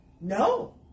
No